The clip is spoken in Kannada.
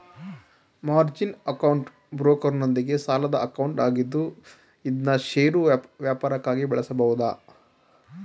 ಮಾರ್ಜಿನ್ ಅಕೌಂಟ್ ಬ್ರೋಕರ್ನೊಂದಿಗೆ ಸಾಲದ ಅಕೌಂಟ್ ಆಗಿದ್ದು ಇದ್ನಾ ಷೇರು ವ್ಯಾಪಾರಕ್ಕಾಗಿ ಬಳಸಬಹುದು